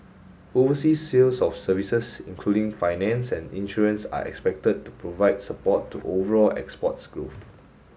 overseas sales of services including finance and insurance are expected to provide support to overall exports growth